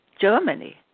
Germany